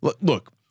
look